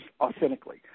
authentically